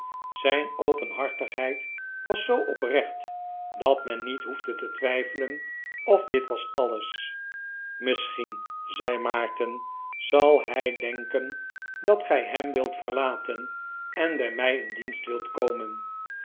zijn openhartigheid was zoo oprecht dat men niet hoefde te twijfelen of dit was alles misschien zei maarten zal hij denken dat gij hem wilt verlaten en bij mij in dienst wilt komen